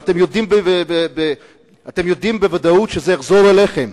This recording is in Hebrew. ואתם יודעים בוודאות שהוא יחזור אליכם,